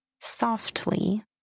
softly